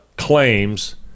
Claims